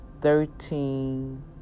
thirteen